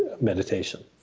meditation